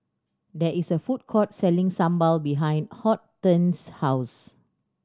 there is a food court selling sambal behind Hortense's house